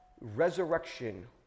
resurrection